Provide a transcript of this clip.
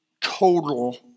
total